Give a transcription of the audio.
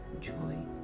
joy